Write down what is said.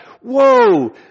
whoa